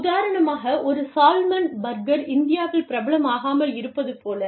உதாரணமாக ஒரு salmon burger இந்தியாவில் பிரபலம் ஆகாமல் இருப்பது போல